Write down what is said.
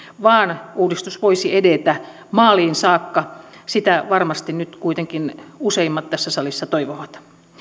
vaan uudistus voisi edetä maaliin saakka sitä varmasti nyt kuitenkin useimmat tässä salissa toivovat